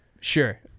Sure